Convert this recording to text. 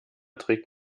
trägt